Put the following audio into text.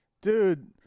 Dude